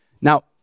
Now